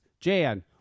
Jan